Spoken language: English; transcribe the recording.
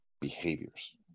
behaviors